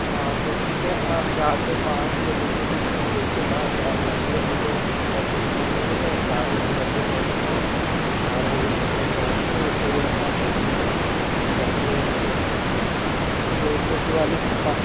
हाँ तो ठीक है आप आज चार से पाँच बजे के बीच में भेज देना वो क्या है मैं भी अभी तो ऑफिस में ही हूँ मैं चार बजे घर पर पहुंचता हूँ तो चार बजे घर पर पहुंच के फिर आप भेज देना मैं घर पर ही मिलूँगा जो छोटू वाले पा